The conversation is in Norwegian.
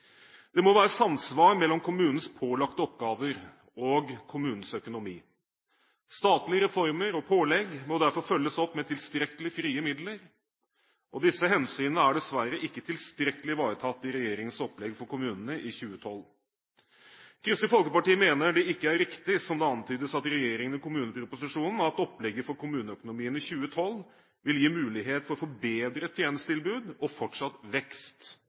Det må være samsvar mellom kommunens pålagte oppgaver og kommunens økonomi. Statlige reformer og pålegg må derfor følges opp med tilstrekkelige frie midler, men disse hensynene er dessverre ikke tilstrekkelig ivaretatt i regjeringens opplegg for kommunene i 2012. Kristelig Folkeparti mener det ikke er riktig, som det antydes av regjeringen i kommuneproposisjonen, at opplegget for kommuneøkonomien i 2012 vil gi mulighet for forbedret tjenestetilbud og fortsatt vekst